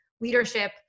leadership